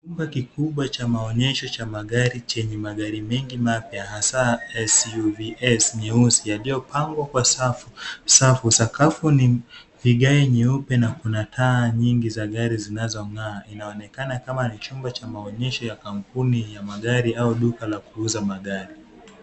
Chumba kikubwa cha maonyesho cha magari chenye magari mengi mapya hasa SUVS nyeusi, yaliyopangwa kwa safu. Sakafu ni vigae nyeupe na kuna taa nyingi za gari zinazong'aa. Inaonekana kama ni chumba cha maonyesho ya kampuni ya magari au duka la kuuza magari.